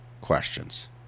questions